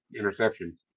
interceptions